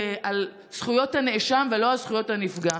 על זכויות הנאשם ולא על זכויות הנפגע.